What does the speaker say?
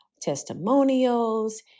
testimonials